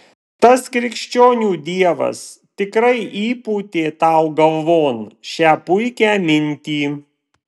tas krikščionių dievas tikrai įpūtė tau galvon šią puikią mintį